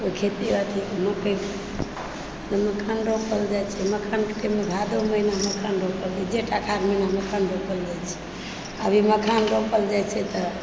मखान रोपल जाइ छै मखानके टाइममे भादो महीनामे मखान रोपल जाइ छै जेठ आषाढ़मे मखान रोपल जाइ छै अभी मखान रोपल जाइ छै तऽ